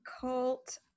cult